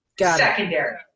Secondary